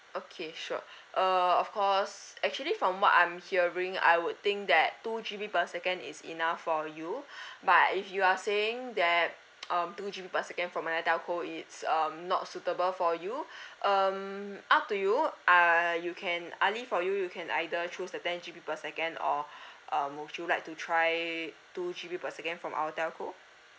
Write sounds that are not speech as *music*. okay sure uh of course actually from what I'm hearing I would think that two G_B per second is enough for you but if you are saying that *noise* um two G_B per second from another telco it's um not suitable for you um up to you uh you can ali for you you can either choose the ten G_B per second or um would you like to try two G_B per second from our telco